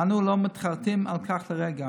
ואנו לא מתחרטים על כך לרגע.